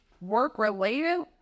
work-related